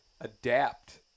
adapt